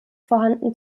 vorhanden